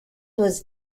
was